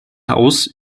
haus